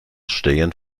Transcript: stehen